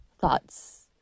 thoughts